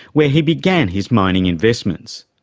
where he began his mining investments.